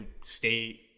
stay